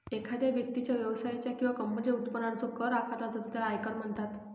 एखाद्या व्यक्तीच्या, व्यवसायाच्या किंवा कंपनीच्या उत्पन्नावर जो कर आकारला जातो त्याला आयकर म्हणतात